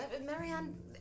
Marianne